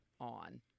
on